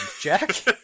Jack